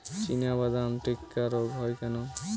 চিনাবাদাম টিক্কা রোগ হয় কেন?